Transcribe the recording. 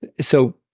So-